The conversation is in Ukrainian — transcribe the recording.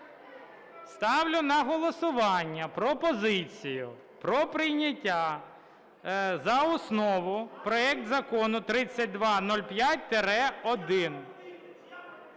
Ставлю на голосування пропозицію про прийняття за основу проект Закону 3205-1.